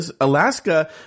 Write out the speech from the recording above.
Alaska